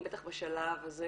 בטח בשלב הזה,